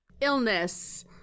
illness